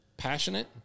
Passionate